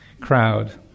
crowd